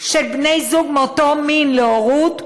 של בני זוג מאותו מין להורות,